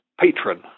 patron